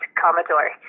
commodore